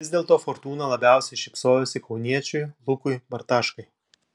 vis dėlto fortūna labiausiai šypsojosi kauniečiui lukui bartaškai